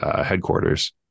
headquarters